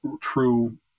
true